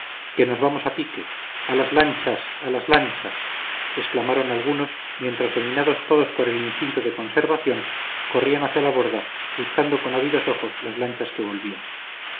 que nos vamos a pique a las lanchas a las lanchas exclamaron algunos mientras dominados todos por el instinto de conservación corrían hacia la borda buscando con ávidos ojos las lanchas que volvían